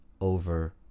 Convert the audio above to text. over